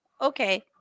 Okay